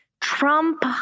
Trump